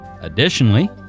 Additionally